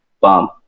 bomb